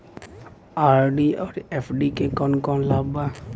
RD और FD क कौन कौन लाभ बा?